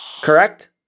Correct